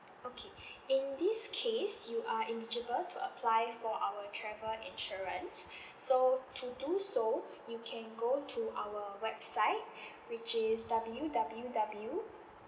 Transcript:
okay in this case you are eligible to apply for our travel insurance so to do so you can go to our website which is W W W